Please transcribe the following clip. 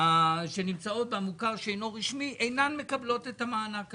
שנמצאות במוכר שאינו רשמי אינן מקבלות את המענק הזה.